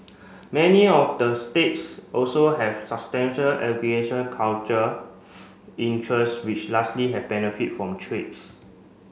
many of the states also have substantial interest which largely have benefit from trades